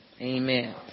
Amen